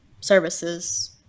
services